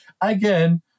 Again